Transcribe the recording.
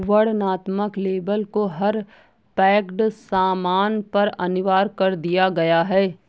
वर्णनात्मक लेबल को हर पैक्ड सामान पर अनिवार्य कर दिया गया है